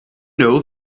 know